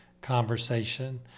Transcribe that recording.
conversation